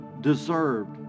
deserved